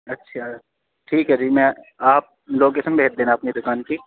اچھا ٹھیک ہے جی میں آپ لوکیشن بھیج دینا اپنی دکان کی